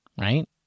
right